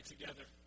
together